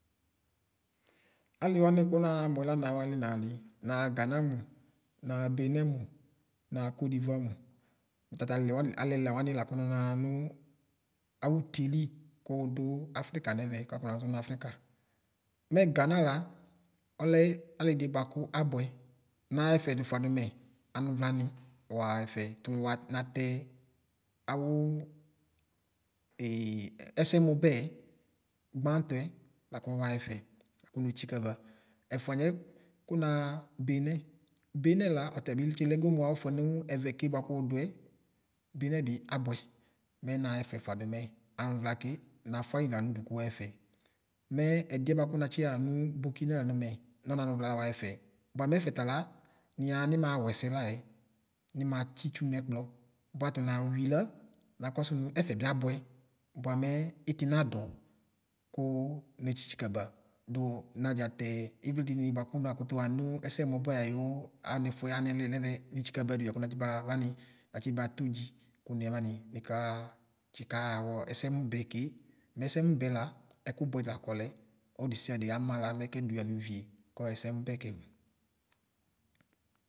Ali wanɩ kʋ naxa mʋɛ kanawali nawalɩ naɣa gana nʋ naɣa benɛ mʋ naɣa kodiɣʋa mʋ tatali ɛla wanɩ lakʋ nɔ naɣa nʋ awʋtie li kʋ wʋdʋ afrika nɛmɛ kʋ wafɔ naʒo nʋ afrika mɛ gana la ɔlɛ alɩdɩ bʋakʋ abʋɛ naxɛfɛ dʋ fʋadʋ mɛ anʋvlanɩ waxɛfɛ tʋ wa natɛ awʋ ɛsɛmʋ bɛ gbatɔɛ lakʋ waxɛfɛ kʋ wetsika ba ɛfʋanɩɛ kʋnaxa benɛ benɛ la ɔtabɩ tsikɛ goo mʋ awʋfʋɛ nʋ ɛvɛke bʋakʋ wʋdʋɛ benɛbɩ abʋɛ mɛ naxɛfɛ fʋadʋ mɛ anʋvla ke nafʋayɩ lanʋ ʋdʋ kʋwaxɛfɛ mɛ ɛdiɛ bʋakʋ natsixa nʋ bʋrkɩna lanʋ mɛ nɔ nanʋvla la waxɛfɛ bʋamɛ ɛfɛ tala niyaxa nima ɛsɛ layɛ nimatsɩ ʋtsʋ nɛkplɔ bʋa tʋ newɩ lq nakɔsʋ nʋ ɛfɛbɩ abʋɛ bvamɛ ɩtɩ nado kʋ netsi tsikaba dʋ nadʒatɛ wli dini bʋakʋ nakʋto xamʋ ɛsɛmʋbɛ ayʋ alifʋɛ aliɛ nɛmɛ netsɩkɔba dʋ lakʋnatsi bavanɩ natsɩba todʒɩ kʋnya vanɩnika ɣa tsibɔxa wɔ ɛsɛmʋbɛ ke nɛsɛmʋbɛ la ɛkʋbʋɛ di lakɔlɛ ɔdesɩade ama la mɛkɛ dʋ yamʋvɩe kɔxɛsɛmʋbɛ kɛ.